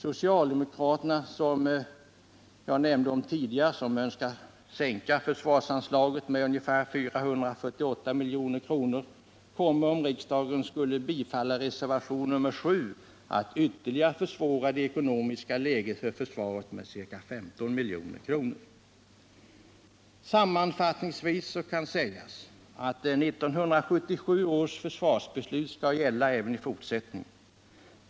Socialdemokraterna önskar, som jag redan sagt, sänka försvarsanslaget med 448 milj.kr. Om riksdagen skulle bifalla reservation nr 7, skulle det ytterligare beskära ekonomin för försvaret med ca 15 milj.kr. Sammanfattningsvis kan sägas: 1977 års försvarsbeslut skall gälla även i fortsättningen.